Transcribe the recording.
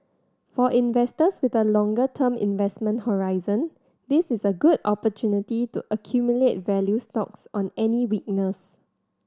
for investors with a longer term investment horizon this is a good opportunity to accumulate value stocks on any weakness